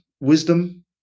wisdom